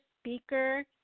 speaker